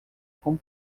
com